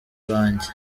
banjye